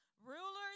rulers